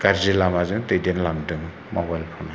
गाज्रि लामाजों दैदेनलांदों मबाइल फनआ